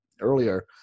earlier